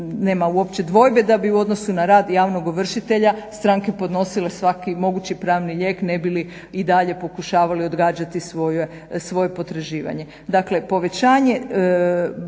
dvojbe da bi u odnosu na rad javnog ovršitelja stranke podnosile svaki mogući pravni lijek ne bi li i dalje pokušavali odgađati svoje potraživanje.